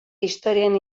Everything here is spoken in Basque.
historian